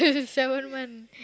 seven month